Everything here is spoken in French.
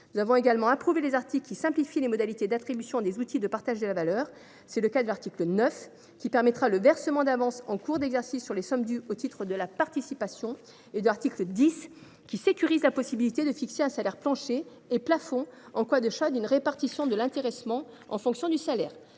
Nous avons également adopté les articles qui simplifient les modalités d’attribution des outils de partage de la valeur. C’est le cas de l’article 9, qui permettra le versement d’avances en cours d’exercice sur les sommes dues au titre de la participation, et de l’article 10, qui sécurise la possibilité de fixer un salaire plancher et plafond en cas de choix d’une répartition de l’intéressement en fonction du salaire,